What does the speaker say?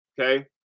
Okay